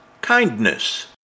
kindness